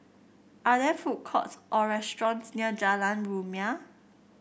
are there food courts or restaurants near Jalan Rumia